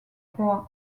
roi